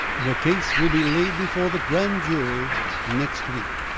the case will be laid before the grand jury next week.